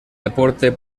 deporte